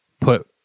put